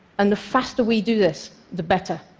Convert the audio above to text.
and the faster we do this, the better.